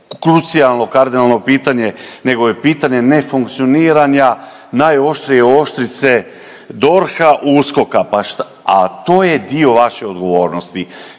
krucijalno, kardinalno pitanje nego je pitanje nefukcioniranja najoštrije oštrice DORH-a, USKOK-a, a to je dio vaše odgovornosti.